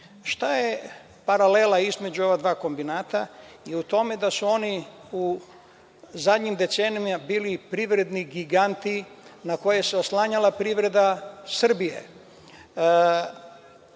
je paralela između ova dva kombinata? U tome da su oni u zadnjim decenijama bili privredni giganti na koje se oslanjala privreda Srbije.